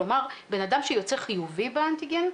כלומר בן אדם שיוצא חיובי באנטיגן,